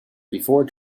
before